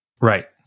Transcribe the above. Right